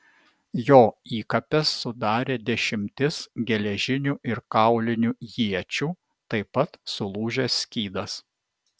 jo įkapes sudarė dešimtis geležinių ir kaulinių iečių taip pat sulūžęs skydas